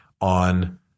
on